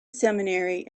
seminary